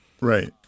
Right